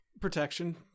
Protection